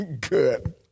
good